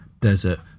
desert